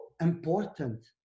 important